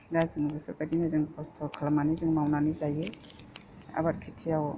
दा जों बेफोरबायदिनो जों खस्थ' खालामनानै जों मावनानै जायो आबाद खिथियाव